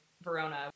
Verona